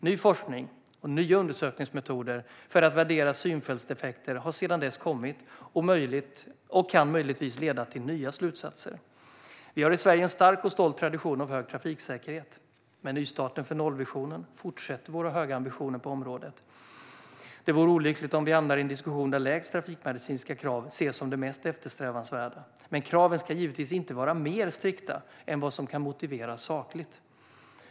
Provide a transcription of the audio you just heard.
Ny forskning och nya undersökningsmetoder för att värdera synfältsdefekter har sedan dess kommit och kan möjligtvis leda till nya slutsatser. Vi har i Sverige en stark och stolt tradition av hög trafiksäkerhet. Med nystarten för nollvisionen fortsätter våra höga ambitioner på området. Det vore olyckligt om vi hamnar i en diskussion där lägst trafikmedicinska krav ses som det mest eftersträvansvärda, men kraven ska givetvis inte vara mer strikta än vad som kan motiveras sakligt.